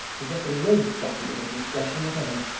possessing no judgment or discretion whatever.